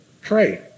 pray